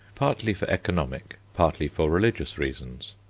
partly for economic, partly for religious reasons.